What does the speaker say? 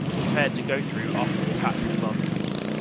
prepared to go through after the attack had well developed.